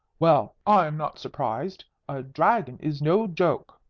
well, i am not surprised. a dragon is no joke.